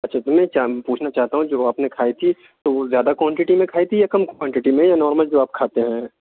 اچھا تو میں چاؤم پوچھنا چاہتا ہوں جو وہ آپ نے کھائی تھی تو وہ زیادہ کوانٹٹی میں کھائی تھی یا کم کوانٹٹی میں یا نارمل جو آپ کھاتے ہیں